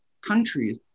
countries